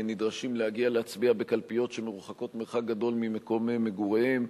נדרשים להגיע להצביע בקלפיות שמרוחקות מרחק גדול ממקום מגוריהם,